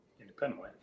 independently